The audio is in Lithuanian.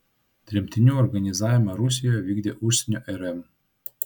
tremtinių organizavimą rusijoje vykdė užsienio rm